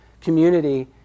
community